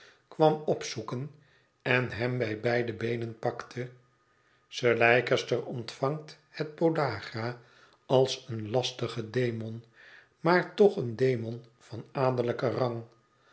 kwam opzoeken en hem bij beide beenen pakte sir leicester ontvangt het podagra als een lastigen demon maar toch een demon van adellijken rang